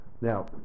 Now